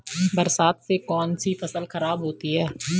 बरसात से कौन सी फसल खराब होती है?